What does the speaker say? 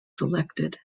selected